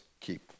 keep